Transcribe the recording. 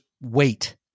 wait